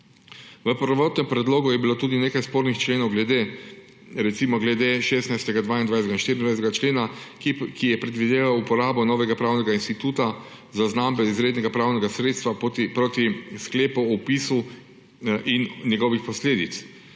V prvotnem predlogu je bilo tudi nekaj spornih členov, recimo glede 16., 22. in 24. člena, ki je predvideval uporabo novega pravnega instituta, zaznambe izrednega pravnega sredstva proti sklepu o vpisu in njegovih posledic.